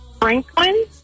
Franklin